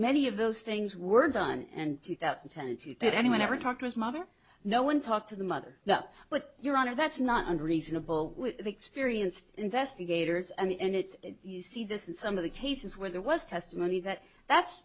many of those things were done and two thousand tend to think anyone ever talked to his mother no one talked to the mother but your honor that's not unreasonable experienced investigators and it's you see this in some of the cases where there was testimony that that's